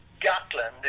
Gatland